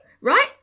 right